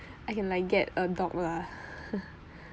I can like get a dog lah